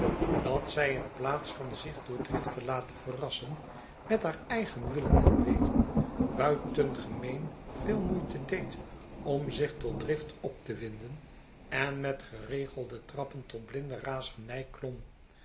dat zij in plaats van zich door drift te laten verrassen met haar eigen willen en weten buitengemeen veel moeite deed om zich tot drift op te winden en met geregelde trappen tot blinde razernij klom